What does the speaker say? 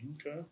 Okay